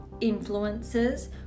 influences